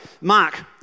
Mark